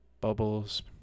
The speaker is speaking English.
bubbles